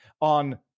on